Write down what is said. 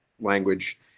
language